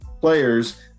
players